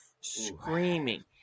screaming